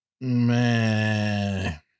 Man